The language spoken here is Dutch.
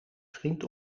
vriend